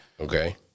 Okay